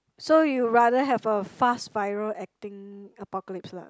so you rather have a fast viral acting apocalypse lah